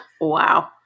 wow